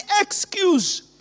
excuse